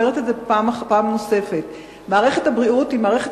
אני אומרת את זה פעם נוספת: מערכת הבריאות היא מערכת